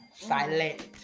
silent